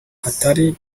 hatari